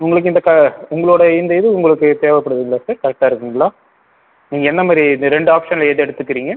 உங்களுக்கு இந்த க உங்களோட இந்த இது உங்களுக்கு தேஐப்படுதுங்களா சார் கரெக்டாக இருக்குதுங்களா நீங்கள் என்னமாரி இந்த ரெண்டு ஆப்ஷனில் எது எடுத்துக்கிறீங்க